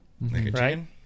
right